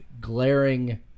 glaring